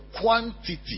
quantity